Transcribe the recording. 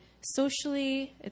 socially